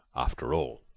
after all.